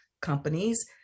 companies